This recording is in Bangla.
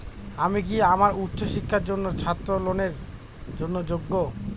আমি কি আমার উচ্চ শিক্ষার জন্য ছাত্র ঋণের জন্য যোগ্য?